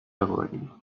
آوردین